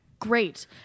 great